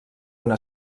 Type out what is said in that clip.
una